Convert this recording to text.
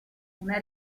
una